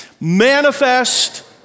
Manifest